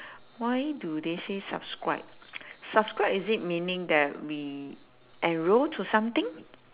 why do they say subscribe subscribe is it meaning that we enroll to something